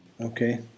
Okay